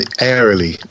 airily